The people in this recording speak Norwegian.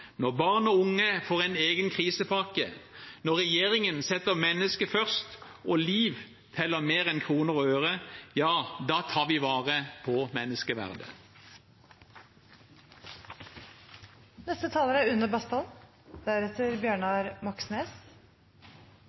når barn og unge får en egen krisepakke, når regjeringen setter mennesket først, og liv teller mer enn kroner og øre, ja, da tar vi vare på